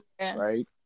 Right